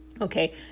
Okay